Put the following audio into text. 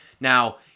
Now